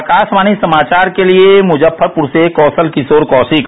आकाशवाणी समाचार के लिए मुजफ्फरपुर से कौशल किशोर कौशिक